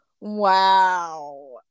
wow